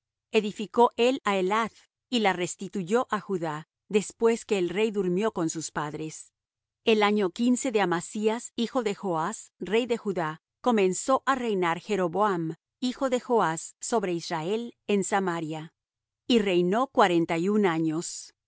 edificó él á elath y la restituyó á judá después que el rey durmió con sus padres el año quince de amasías hijo de joas rey de judá comenzó á reinar jeroboam hijo de joas sobre israel en samaria y reinó cuarenta y un años